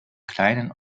kleinen